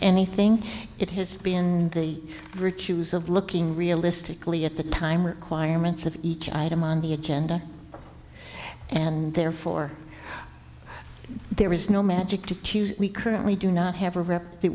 anything it has been and the virtues of looking realistically at the time requirements of each item on the edge and therefore there is no magic to we currently do not have a rep the